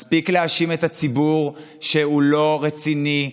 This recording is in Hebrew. מספיק להאשים את הציבור שהוא לא רציני,